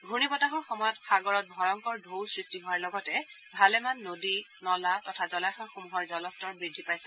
ঘূৰ্ণী বতাহৰ সময়ত সাগৰত ভয়ংকৰ টৌৰ সৃষ্টি হোৱাৰ লগতে ভালেমান নদী নলা তথা জলাশয়সমূহৰ জলস্তৰো যথেষ্ট বৃদ্ধি পাইছে